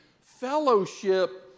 fellowship